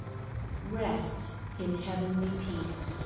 rests in heavenly peace.